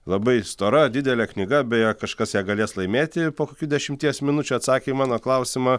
labai stora didelė knyga beje kažkas ją galės laimėti ir po kokių dešimties minučių atsakę į mano klausimą